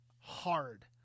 hard